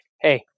hey